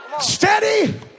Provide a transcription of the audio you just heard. Steady